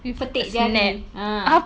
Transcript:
with petik jari ah